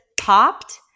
popped